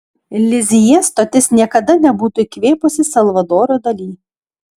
lizjė stotis niekada nebūtų įkvėpusi salvadoro dali